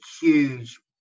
huge